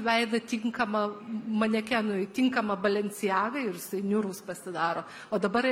veidą tinkamą manekenui tinkamą balenciagai ir niūrus pasidaro o dabar